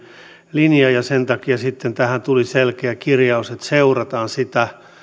linja sen takia tähän tuli selkeä kirjaus että seurataan sitä